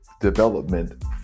development